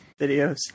videos